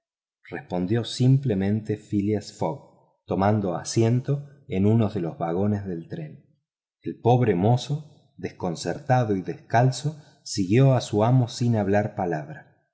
respondió simplemente phileas fogg tomando asiento en uno de los vagones del tren el pobre mozo desconcertado y descalzo siguió a su amo sin hablar palabra